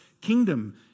kingdom